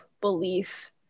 belief